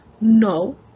No